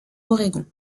oregon